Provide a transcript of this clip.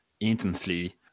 intensely